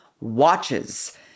watches